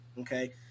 Okay